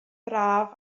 braf